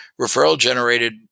referral-generated